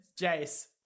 Jace